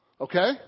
Okay